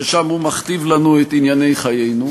ששם הוא מכתיב לנו את ענייני חיינו,